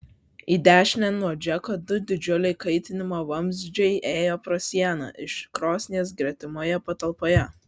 į dešinę nuo džeko du didžiuliai kaitinimo vamzdžiai ėjo pro sieną iš krosnies gretimoje patalpoje